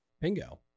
Bingo